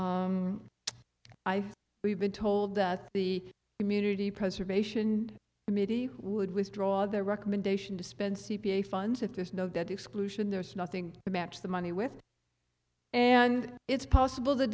think we've been told that the community preservation committee would withdraw their recommendation to spend c p a funds if there's no debt exclusion there's nothing to match the money with and it's possible th